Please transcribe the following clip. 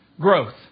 Growth